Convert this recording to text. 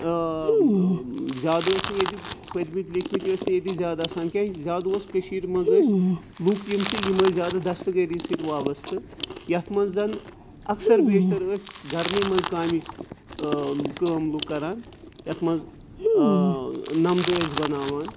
زیادٕ ٲسۍ نہٕ ییٚتہِ پٔرۍمٕتۍ لیکھمٕتۍ ٲسۍ نہٕ ییٚتہِ زیادٕ آسان کینٛہہ زیادٕ اوس کٔشیٖرِ منٛز ٲسۍ لُکھ یِم چھِ یِم ٲسۍ زیادٕ دَستٕکٲری سۭتۍ وابَسطہٕ یَتھ منٛز زَن اکثر بیشتر ٲسۍ گَرنٕے منٛز کامہِ کٲم لُکھ کَران یَتھ منٛز نَمدٕ ٲسۍ بَناوان